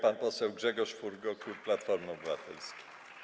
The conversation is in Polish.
Pan poseł Grzegorz Furgo, klub Platforma Obywatelska.